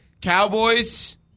Cowboys